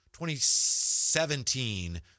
2017